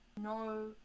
no